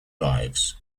lives